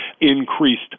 increased